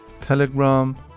Telegram